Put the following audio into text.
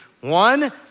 One